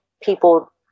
people